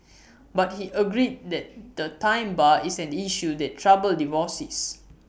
but he agreed that the time bar is an issue that troubles divorcees